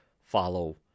follow